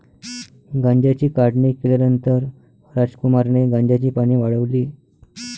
गांजाची काढणी केल्यानंतर रामकुमारने गांजाची पाने वाळवली